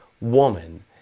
woman